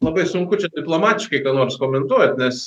labai sunku čia diplomatiškai ką nors komentuot nes